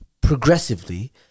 progressively